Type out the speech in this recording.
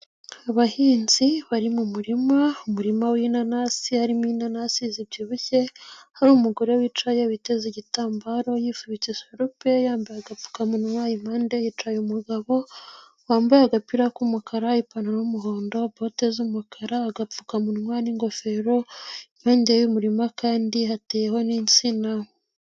Abahinzi bari mu murima, umurima w'inanasi arimo innanasi zibyibushye. Hari umugore wicaye witeza igitambaro yifubitse sorupe yambaye agapfukamunwa impande yicaye umugabo wambaye agapira k'umukara ipantaro y'umuhondo, bote z'umukara, agapfukamunwa, n'ingofero, iruhande rw'umurima kandi hateyeho n'insina.